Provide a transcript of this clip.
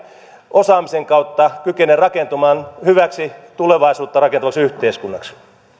osaamisen kautta kykene rakentumaan hyväksi tulevaisuutta rakentavaksi yhteiskunnaksi ministeri